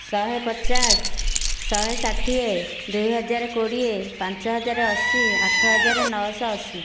ଶହେ ପଚାଶ ଶହେ ଷାଠିଏ ଦୁଇହଜାର କୋଡ଼ିଏ ପାଞ୍ଚ ହଜାର ଅଶି ଆଠହଜାର ନଅଶହ ଅଶି